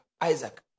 isaac